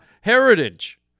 heritage